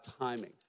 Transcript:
timing